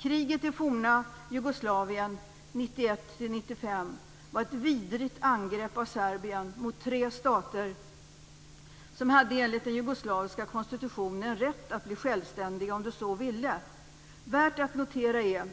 Kriget i det forna Jugoslavien 1991-1995 var ett vidrigt angrepp av Serbien mot tre stater som enligt den Jugoslaviska konstitutionen hade rätt att bli självständiga om de så ville. Värt att notera är